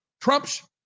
Trump's